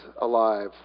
alive